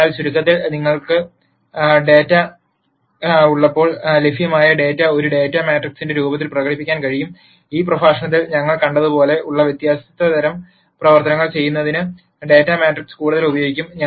അതിനാൽ ചുരുക്കത്തിൽ നിങ്ങൾക്ക് ഡാറ്റ ഉള്ളപ്പോൾ ലഭ്യമായ ഡാറ്റ ഒരു ഡാറ്റ മാട്രിക്സിന്റെ രൂപത്തിൽ പ്രകടിപ്പിക്കാൻ കഴിയും ഈ പ്രഭാഷണത്തിൽ ഞങ്ങൾ കണ്ടതുപോലെ ഇത് വ്യത്യസ്ത തരം പ്രവർത്തനങ്ങൾ ചെയ്യുന്നതിന് ഡാറ്റ മാട്രിക്സ് കൂടുതൽ ഉപയോഗിക്കാം